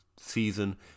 season